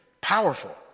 Powerful